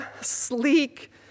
sleek